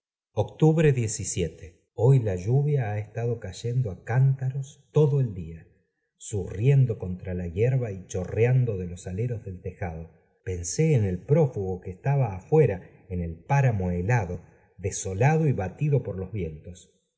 octubre hoy la lluvia ha estado cayendo á cántaros todo el día zurriendo contra la hiedra y chorre ando de los aleros del tejado pensé en el prófugo que estaba fuera en el páramo helado desolado y batido por los vientos